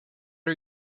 are